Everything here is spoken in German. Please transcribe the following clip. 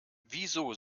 wieso